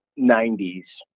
90s